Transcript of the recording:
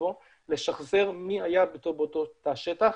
מסביבו לשחזר מי היה באותו תא שטח,